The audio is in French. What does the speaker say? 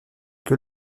que